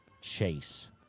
Chase